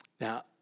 Now